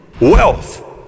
Wealth